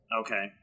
okay